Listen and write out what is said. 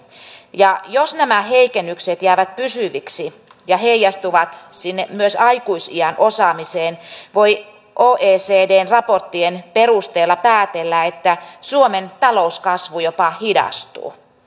ja jos nämä heikennykset jäävät pysyviksi ja heijastuvat myös sinne aikuisiän osaamiseen voi oecdn raporttien perusteella päätellä että suomen talouskasvu jopa hidastuu